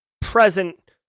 present